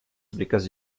because